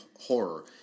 horror